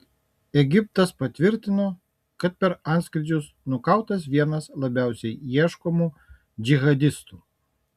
egiptas patvirtino kad per antskrydžius nukautas vienas labiausiai ieškomų džihadistų